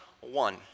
one